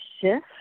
shift